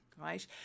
Right